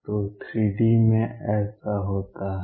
तो 3 D में ऐसा होता है